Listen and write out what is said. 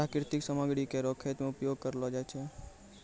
प्राकृतिक सामग्री केरो खेत मे उपयोग करलो जाय छै